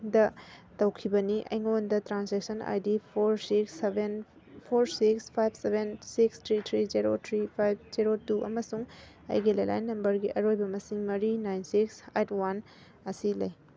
ꯗ ꯇꯧꯈꯤꯕꯅꯤ ꯑꯩꯉꯣꯟꯗ transaction I D four six seven four six five seven six three three zero three five zero two ꯑꯃꯁꯨꯡ ꯑꯩꯒꯤ landline ꯅꯝꯕꯔꯒꯤ ꯑꯔꯣꯏꯕ ꯃꯁꯤꯡ ꯃꯔꯤ ꯅꯥꯏꯟ ꯁꯤꯛꯁ ꯑꯥꯏꯠ ꯋꯥꯟ ꯑꯁꯤ ꯂꯩ